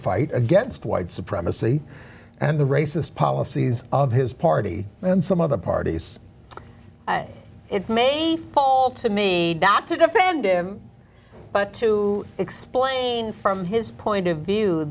fight against white supremacy and the racist policies of his party and some of the party's it may fall to me to defend him but to explain from his point of view